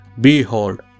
Behold